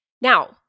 Now